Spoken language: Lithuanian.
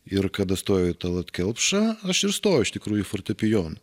ir kada stojau į tallat kelpšą aš ir stojau iš tikrųjų į fortepijoną